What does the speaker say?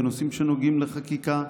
בנושאים שנוגעים לחקיקה,